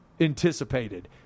anticipated